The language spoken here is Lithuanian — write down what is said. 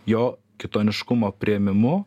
jo kitoniškumo priėmimu